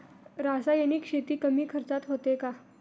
रासायनिक शेती कमी खर्चात होते का?